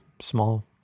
small